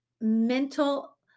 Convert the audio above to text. mental